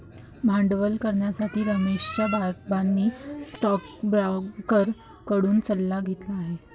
भांडवल करण्यासाठी रमेशच्या बाबांनी स्टोकब्रोकर कडून सल्ला घेतली आहे